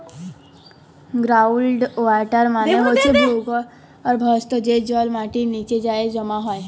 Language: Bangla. গ্রাউল্ড ওয়াটার মালে হছে ভূগর্ভস্থ যে জল মাটির লিচে যাঁয়ে জমা হয়